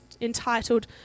entitled